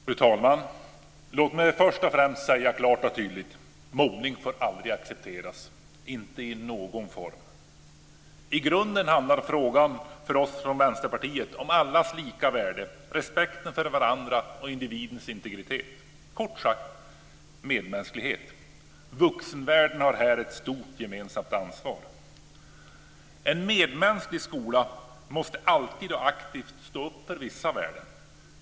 Fru talman! Låt mig först och främst säga klart och tydligt: Mobbning får aldrig accepteras, inte i någon form! I grunden handlar frågan för oss från Vänsterpartiet om allas lika värde, respekten för varandra och individens integritet, kort sagt medmänsklighet. Vuxenvärlden har här ett stort gemensamt ansvar. En medmänsklig skola måste alltid och aktivt stå upp för vissa värden.